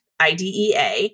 IDEA